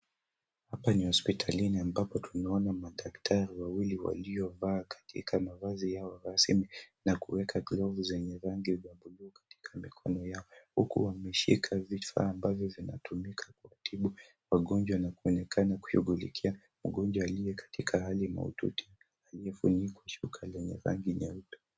Hapa ni hospitalini ambapo tunaona madaktari wawili waliovaa katika mavazi yao rasmi na kuweka glovu zenye rangi ya buluu katika mikono yao huku wameshika vifaa ambavyo vinatumika kuwatibu wagonjwa na kuonekana kushughulikia mgonjwa aliye katika hali mahututi aliyefunikwa shuka lenye rangi nyeupe.